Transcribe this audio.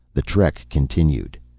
the trek continued.